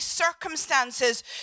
circumstances